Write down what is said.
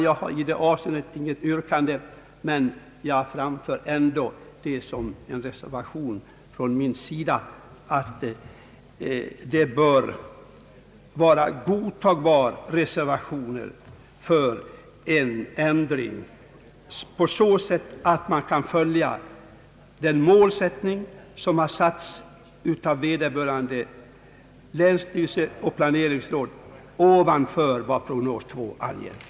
Jag har i det avseendet inget yrkande, men jag vill ändå för min del reservera mig mot att prognos 2 skall utgöra »tak» för befolkningsramarna, och att vad jag anfört bör vara en godtagbar reservation för en ändring så att man kan följa den målsättning som har satts upp av vederbörande länsstyrelse och planeringsråd utöver vad som anges i prognos 2.